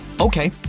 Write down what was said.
Okay